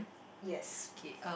yes